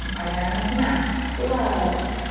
and are there enough masks, gloves?